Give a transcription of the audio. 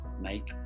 make